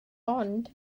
ond